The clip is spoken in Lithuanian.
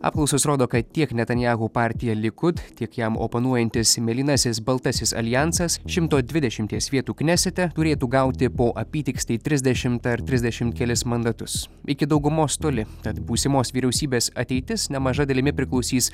apklausos rodo kad tiek netanijahu partija likud tiek jam oponuojantis mėlynasis baltasis aljansas šimto dvidešimties vietų knesete turėtų gauti po apytiksliai trisdešimt ar trisdešimt kelis mandatus iki daugumos toli tad būsimos vyriausybės ateitis nemaža dalimi priklausys